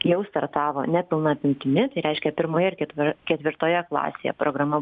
jau startavo nepilna apimtimi tai reiškia pirmoje ir kitvir ketvirtoje klasėje programa